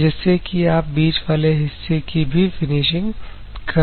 जिससे कि आप बीच वाले हिस्से की भी फिनिशिंग कर सकें